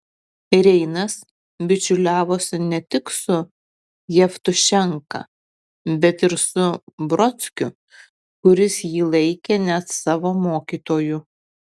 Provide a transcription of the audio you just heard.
reinas bičiuliavosi ne tik su jevtušenka bet ir su brodskiu kuris jį laikė net savo mokytoju